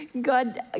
God